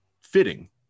fitting